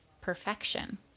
perfection